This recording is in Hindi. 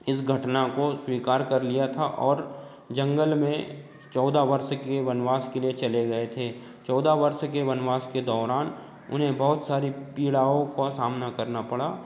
इस घटना को स्वीकार कर लिया था और जंगल में चौदह वर्ष के वनवास के लिए चले गए थे चौदह वर्ष के वनवास के दौरान उन्हें बहुत सारी पीड़ाओं का सामना करना पड़ा